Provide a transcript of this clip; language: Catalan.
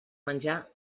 menjar